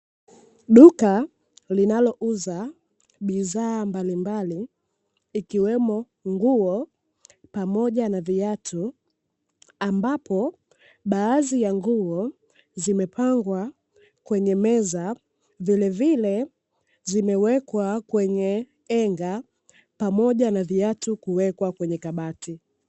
Duka linalouza bidhaa mbalimbali ikiwemo nguo pamoja na viatu. Ambapo baadhi ya nguo zimepangwa kwenye meza, vilevile zimewekwa kwenye henga pamoja na viatu kuwekwa kwenye kabati.